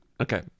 Okay